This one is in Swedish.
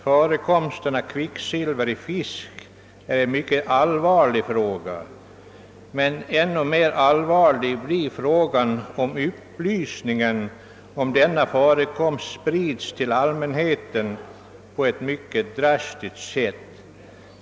Förekomsten av kvicksilver i fisk är en mycket allvarlig fråga, men ännu allvarligare blir den om upplysning om denna förekomst sprids till allmänheten på ett drastiskt sätt.